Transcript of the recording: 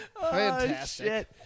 Fantastic